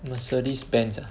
Mercedes Benz ah